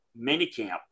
minicamp